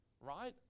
Right